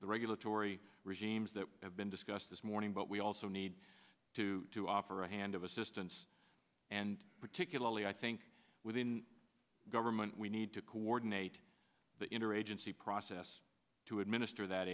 the regulatory regimes that have been discussed this morning but we also need to to offer a hand of assistance and particularly i think within government we need to coordinate the interagency process to administer that